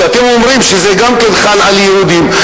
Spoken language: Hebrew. שאתם אומרים שזה חל גם על יהודים,